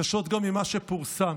קשות גם ממה שפורסם.